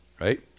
right